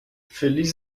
feliz